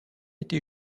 été